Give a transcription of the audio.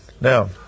Now